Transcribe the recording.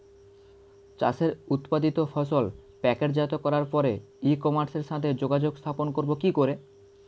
চাষের উৎপাদিত ফসল প্যাকেটজাত করার পরে ই কমার্সের সাথে যোগাযোগ স্থাপন করব কি করে?